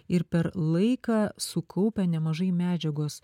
ir per laiką sukaupę nemažai medžiagos